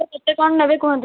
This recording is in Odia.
କେତେ କଣ ନେବେ କୁହନ୍ତୁ